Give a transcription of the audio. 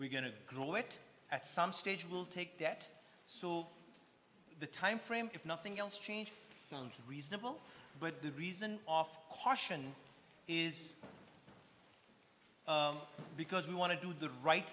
we're going to go it at some stage will take debt so the time frame if nothing else change sounds reasonable but the reason off caution is because we want to do the right